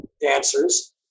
dancers